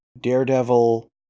Daredevil